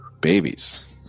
Babies